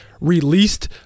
released